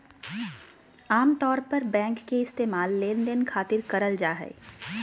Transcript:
आमतौर पर बैंक के इस्तेमाल लेनदेन खातिर करल जा हय